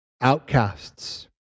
outcasts